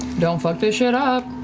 don't fuck this shit up.